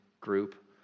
group